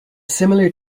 similar